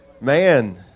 Man